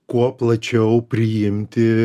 kuo plačiau priimti